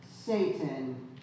Satan